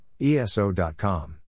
ESO.com